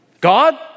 God